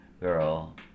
Girl